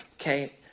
Okay